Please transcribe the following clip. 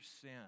sin